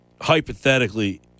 hypothetically